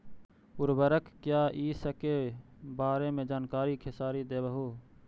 उर्वरक क्या इ सके बारे मे जानकारी खेसारी देबहू?